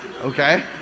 Okay